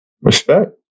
Respect